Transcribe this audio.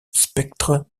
spectre